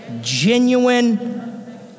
Genuine